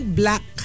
black